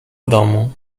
domu